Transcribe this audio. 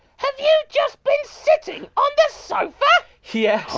have you just been sitting on the sofa? yes.